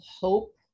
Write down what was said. hope